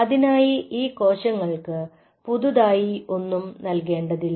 അതിനായി ഈ കോശങ്ങൾക്ക് പുതുതായി ഒന്നും നൽകേണ്ടതില്ല